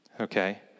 okay